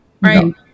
right